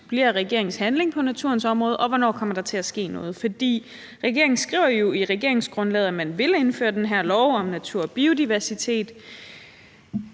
ambitiøs regeringens handling på naturområdet bliver, og hvornår der kommer til at ske noget. Regeringen skriver jo i regeringsgrundlaget, at man vil indføre den her lov om natur og biodiversitet,